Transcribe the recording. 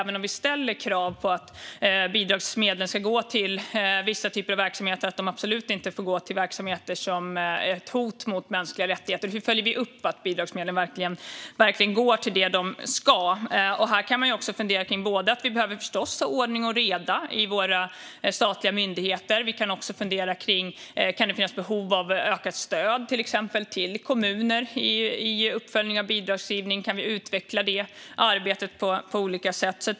Vi ställer krav på att bidragsmedlen ska gå till vissa typer av verksamheter och att de absolut inte får gå till verksamheter som är ett hot mot mänskliga rättigheter. Men hur följer vi upp att bidragsmedlen verkligen går till det de ska? Här kan man fundera på olika saker. Vi behöver förstås ha ordning och reda i våra statliga myndigheter. Vi kan också fundera på om det kan finnas behov av ökat stöd till kommuner i uppföljningen av bidragsgivningen. Kan vi utveckla det arbetet på olika sätt?